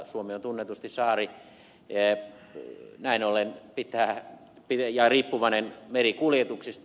suomi on tunnetusti saari ja näin ollen riippuvainen merikuljetuksista